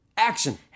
Action